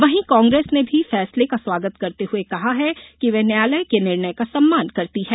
वहीं कांग्रेस ने भी फैसले का स्वागत करते हुए कहा है कि वे न्यायालय के निर्णय का सम्मान करती है